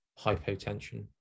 hypotension